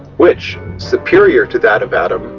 which, superior to that of adam,